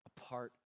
apart